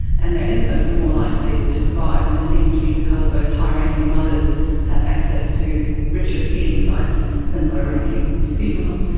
and their infants are more likely to survive. and this seems to be because those high ranking mothers have access to richer feeding sites than low ranking females.